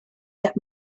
that